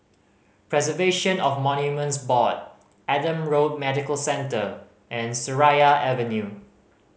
Preservation of Monuments Board Adam Road Medical Centre and Seraya Avenue